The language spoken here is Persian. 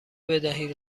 بدهید